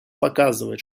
показывает